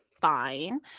fine